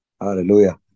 Hallelujah